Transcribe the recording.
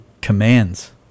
commands